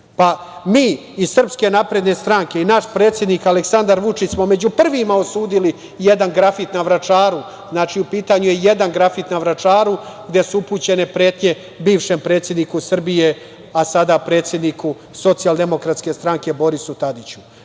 iz SNS i naš predsednik Aleksandar Vučić smo među prvima osudili jedan grafit na Vračaru. Znači, u pitanju je jedan grafit na Vračaru gde su upućene pretnje bivšem predsedniku Srbije, a sada predsedniku Socijaldemokratske stranke Borisu Tadiću.